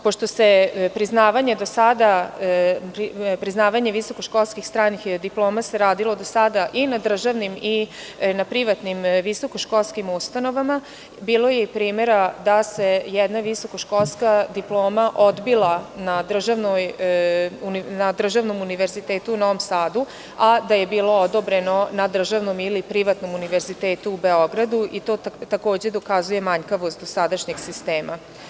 Pošto se priznavanje visokoškolskih stranih diploma radilo do sada i na državnim i na privatnim visokoškolskim ustanovama, bilo je i primera da se jedna visokoškolska diploma odbila na državnom univerzitetu u Novom Sadu, a da je bilo odobreno na državnom ili privatnom univerzitetu u Beogradu i to takođe dokazuje manjkavost dosadašnjeg sistema.